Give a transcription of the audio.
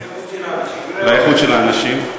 גם האיכות של האנשים.